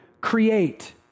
create